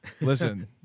listen